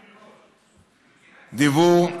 דיוור,